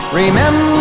remember